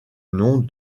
nom